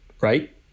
right